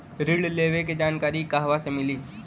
ऋण लेवे के जानकारी कहवा से मिली?